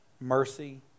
mercy